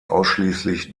ausschließlich